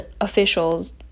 officials